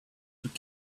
took